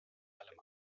allem